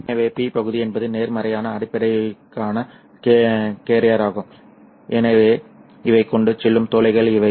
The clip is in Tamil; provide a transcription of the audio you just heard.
எனவே P பகுதி என்பது நேர்மறையான அதிகப்படியான கேரியராகும் எனவே இவை கொண்டு செல்லும் துளைகள் இவை